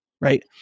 right